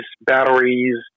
batteries